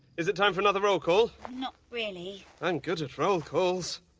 is it time for another roll call? not really. i'm good at roll calls.